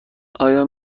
آیا